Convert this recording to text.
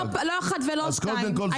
לא אחת ולא שתיים,